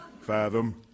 Fathom